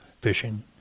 Fishing